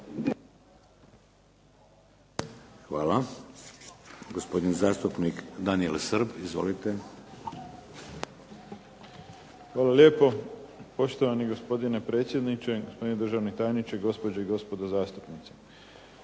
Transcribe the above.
Hvala. Gospodin zastupnik, Daniel Srb. Izvolite. **Srb, Daniel (HSP)** Hvala lijepo. Poštovani gospodine predsjedniče, gospodine državni tajniče, gospođe i gospodo zastupnici.